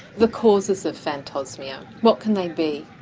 the causes of phantosmia, what can they be?